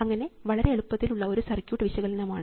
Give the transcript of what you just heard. അങ്ങനെ വളരെ എളുപ്പത്തിൽ ഉള്ള ഒരു സർക്യൂട്ട് വിശകലനമാണ്